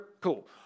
cool